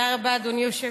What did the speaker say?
תודה רבה, אדוני היושב-ראש.